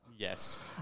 Yes